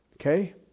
Okay